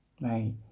right